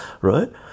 right